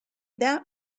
that